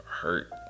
hurt